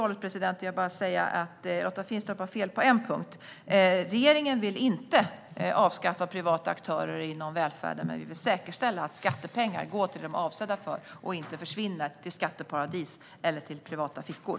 Avslutningsvis vill jag bara säga att Lotta Finstorp har fel på en punkt: Regeringen vill inte avskaffa privata aktörer inom välfärden, men vi vill säkerställa att skattepengar går till det de är avsedda för och inte försvinner till skatteparadis eller i privata fickor.